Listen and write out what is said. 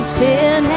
sin